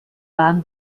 waren